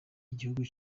igihugu